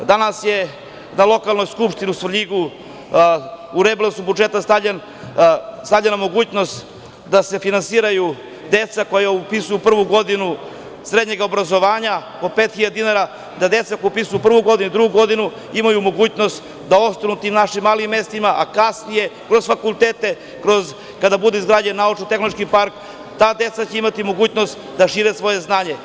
Danas je na lokalnoj skupštini u Svrljigu u rebalansu budžeta stavljena mogućnost da se finansiraju deca koja upisuju prvu godinu srednjeg obrazovanja, po 5.000 dinara, da deca koja upisuju prvu godinu, drugu godinu, imaju mogućnost da ostanu u tim našim malim mestima, a kasnije kroz fakultete, kada bude izgrađen naučno-tehnološki park, ta deca će imati mogućnost da šire svoje znanje.